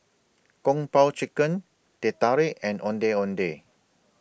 Kung Po Chicken Teh Tarik and Ondeh Ondeh